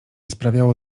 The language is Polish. sprawiało